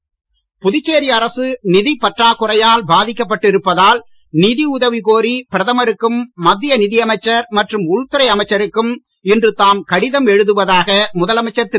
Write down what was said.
நாராயணசாமி புதுச்சேரி அரசு நிதிப்பற்றாக் குறையால் பாதிக்கப்பட்டு இருப்பதால் நிதி உதவி கோரி பிரதமருக்கும் மத்திய நிதியமைச்சர் மற்றும் உள்துறை அமைச்சருக்கும் இன்று தாம் கடிதம் எழுதுவதாக முதலமைச்சர் திரு